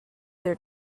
their